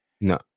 No